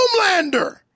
Homelander